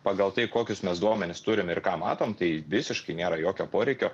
pagal tai kokius mes duomenis turim ir ką matom tai visiškai nėra jokio poreikio